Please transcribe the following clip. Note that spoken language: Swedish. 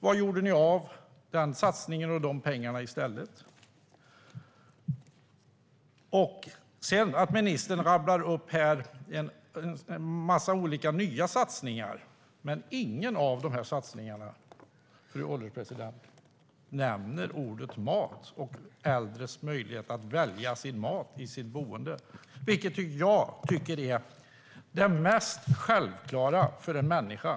Var gjorde ni av den satsningen och de pengarna i stället? Minister rabblar upp en massa nya satsningar här, men ingen av dessa satsningar, fru ålderspresident, nämner ordet "mat" och äldres möjlighet att välja mat i sitt boende, vilket jag tycker är det mest självklara för en människa.